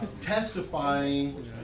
testifying